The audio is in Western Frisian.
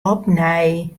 opnij